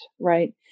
right